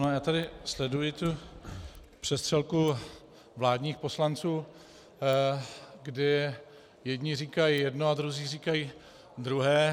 Já tady sleduji přestřelku vládních poslanců, kde jedni říkají jedno a druzí říkají druhé.